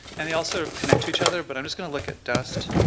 and they all sort of connect to each other, but i'm just going to look at dust,